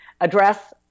address